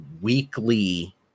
weekly